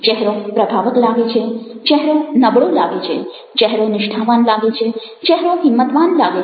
ચહેરો પ્રભાવક લાગે છે ચહેરો નબળો લાગે છે ચહેરો નિષ્ઠાવાન લાગે છે ચહેરો હિંમતવાન લાગે છે